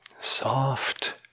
soft